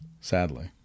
Sadly